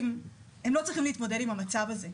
הם לא צריכים להתמודד עם המצב הזה.